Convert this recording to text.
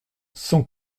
cent